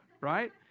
right